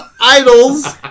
Idols